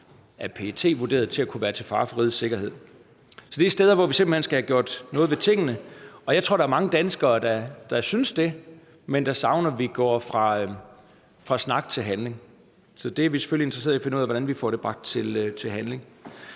af PET til at kunne være til fare for rigets sikkerhed. Så det er steder, hvor vi simpelt hen skal have gjort noget ved tingene, og jeg tror, at der er mange danskere, der synes det, men som savner, at vi går fra snak til handling. Så vi er selvfølgelig interesseret i at finde ud af, hvordan vi får bragt det til handling.